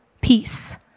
peace